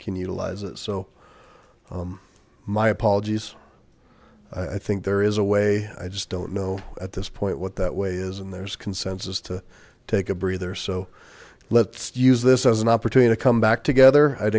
can utilize it so my apologies i think there is a way i just don't know at this point what that way is and there is consensus to take a breather so let's use this as an opportunity come back together i'd